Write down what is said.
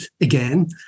again